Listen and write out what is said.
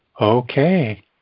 Okay